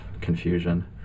confusion